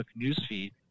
newsfeed